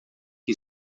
que